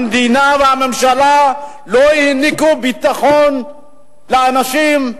המדינה והממשלה לא העניקו ביטחון לאנשים,